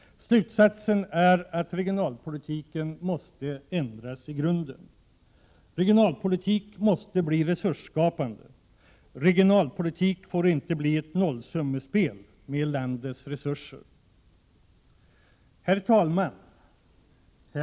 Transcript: Slutsatsen är att regionalpolitiken måste ändras i grunden. Regionalpolitik måste bli resursskapande. Regionalpolitik får inte bli ett nollsummespel med landets resurser. Herr talman!